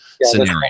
scenario